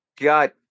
got